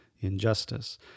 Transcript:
injustice